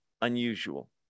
unusual